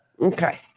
Okay